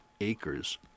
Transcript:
acres